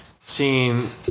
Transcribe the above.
Seeing